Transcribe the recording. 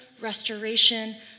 restoration